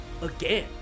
again